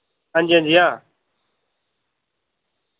हांजी हांजी हां